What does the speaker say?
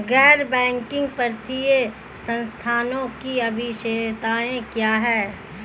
गैर बैंकिंग वित्तीय संस्थानों की विशेषताएं क्या हैं?